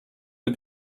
are